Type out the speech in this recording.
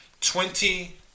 twenty